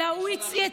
אלא הוא ישלח,